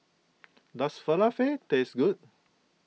does Falafel taste good